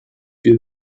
wir